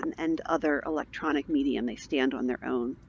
and and other electronic medium. they stand on their own.